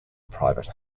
private